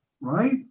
right